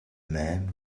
men